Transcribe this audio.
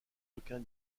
aucun